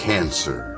Cancer